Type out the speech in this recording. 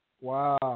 Wow